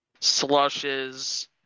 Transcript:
Slushes